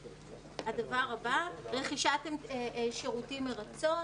‏ הדבר הבא הוא רכישת שירותים מרצון